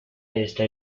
está